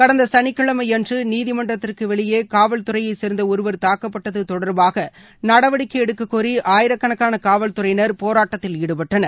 கடந்தசனிகிழமைஅன்றுநீதிமன்றத்திற்குவெளியேகாவல்துறையைசேர்ந்தஒருவர் தாக்கப்பட்டதுதொடர்பாகநடவடிக்கைஎடுக்ககோரிஆயிரக்கணக்கானகாவல்துறையினர் போராட்டத்தில் ஈடுபட்டனர்